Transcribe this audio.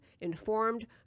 informed